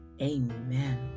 amen